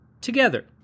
together